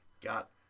got